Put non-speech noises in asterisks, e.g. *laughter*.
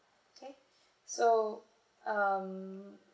okay *breath* so um